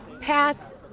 pass